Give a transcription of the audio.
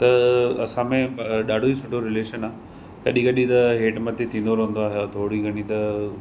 त असांमें अ ॾाढो ई सुठो रिलेशन आहे कॾहिं कॾहिं त हेठि मथे थींदो रहंदो आहे थोरी घणी त